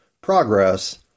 progress